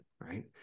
right